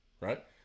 right